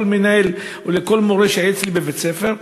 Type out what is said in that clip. מנהל או לכל מורה שהיה בבית-הספר הזה,